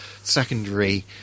secondary